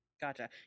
gotcha